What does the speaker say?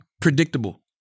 predictable